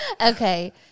Okay